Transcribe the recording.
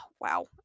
Wow